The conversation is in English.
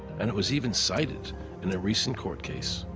and it was even sided in their recent courtcase.